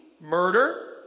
murder